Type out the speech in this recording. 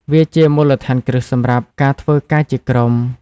វាជាមូលដ្ឋានគ្រឹះសម្រាប់ការធ្វើការជាក្រុម។